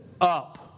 up